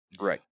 Right